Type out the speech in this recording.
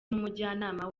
n’umujyanama